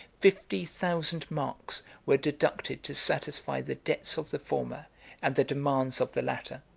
fifty thousand marks were deducted to satisfy the debts of the former and the demands of the latter.